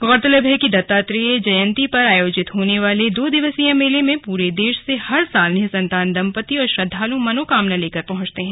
गौरतलब है कि दत्तात्रेय जयंती पर आयोजित होने वाले दो दिवसीय मेले में पूरे देश से हर साल निसंतान दंपत्ति और श्रद्धालु मनोकामना लेकर पहुंचते हैं